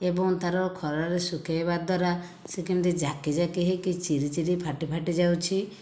ଏବଂ ତାର ଖରାରେ ସୁଖେଇବା ଦ୍ୱାରା ସେ କେମିତି ଜାକି ଜାକି ହୋଇକି ଚିରି ଚିରି ଫାଟି ଫାଟି ଯାଉଛି